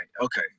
okay